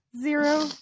Zero